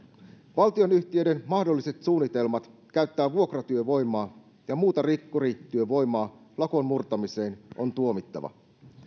valtionyhtiöiden mahdolliset suunnitelmat käyttää vuokratyövoimaa ja muuta rikkurityövoimaa lakon murtamiseen on tuomittava